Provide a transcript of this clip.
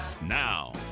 Now